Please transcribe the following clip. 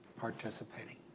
participating